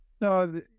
No